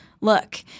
Look